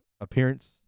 appearance